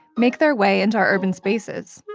make their way into our urban spaces?